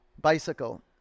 Bicycle